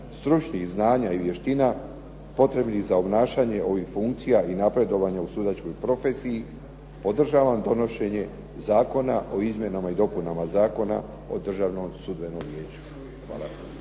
stručnih znanja i vještina, potrebnih za obnašanje ovih funkcija i napredovanja u sudačkoj profesiji podržavam donošenje Zakona o izmjenama i dopunama Zakona o Državnom sudbenom vijeću. Hvala.